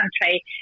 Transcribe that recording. country